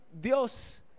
Dios